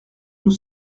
nous